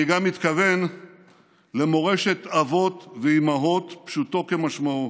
אני גם מתכוון למורשת אבות ואימהות, פשוטו כמשמעו,